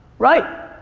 right.